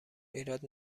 ایراد